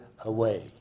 away